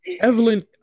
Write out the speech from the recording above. Evelyn